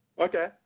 Okay